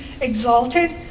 exalted